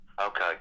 okay